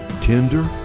tender